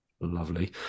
Lovely